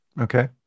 Okay